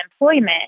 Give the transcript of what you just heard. employment